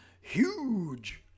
Huge